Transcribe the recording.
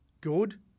good